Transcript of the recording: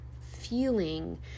feeling